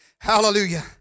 Hallelujah